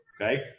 Okay